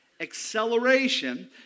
Acceleration